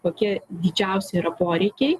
kokie didžiausi yra poreikiai